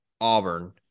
Auburn